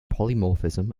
polymorphism